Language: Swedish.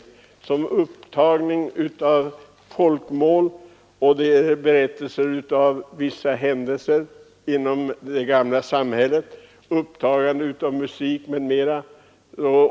Jag tänker på upptagning av folkmål, insamling av berättelser om händelser som inträffade i det gamla samhället, inspelning av musik m.m.